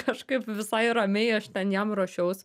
kažkaip visai ramiai aš ten jam ruošiaus